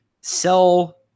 sell